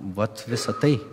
vat visa tai